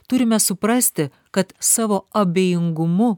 turime suprasti kad savo abejingumu